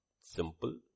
Simple